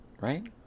Right